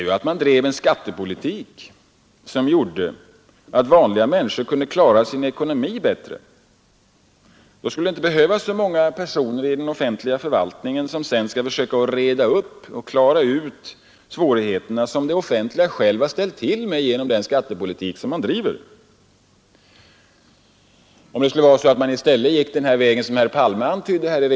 Regeringen tar alldeles för lätt på detta.